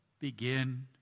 begin